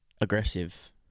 Aggressive